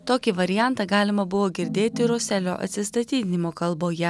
tokį variantą galima buvo girdėti roselio atsistatydinimo kalboje